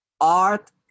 Art